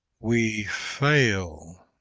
we fail